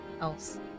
else